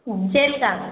jail کا